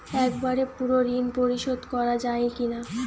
একবারে পুরো ঋণ পরিশোধ করা যায় কি না?